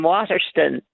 Waterston